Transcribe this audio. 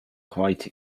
quite